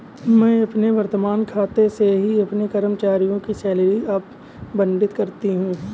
मैं अपने वर्तमान खाते से ही अपने कर्मचारियों को सैलरी आबंटित करती हूँ